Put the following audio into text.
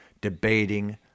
debating